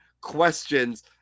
questions